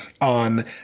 on